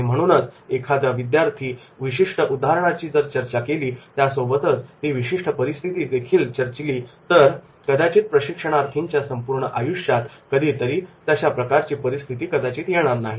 आणि म्हणूनच जर एखादा विशिष्ट उदाहरणाची चर्चा जर केली त्यासोबतच ती विशिष्ट परिस्थिती देखील चर्चिली तर कदाचित प्रशिक्षणार्थीच्या संपूर्ण आयुष्यात कधी तशा प्रकारची परिस्थिती कदाचित येणार नाही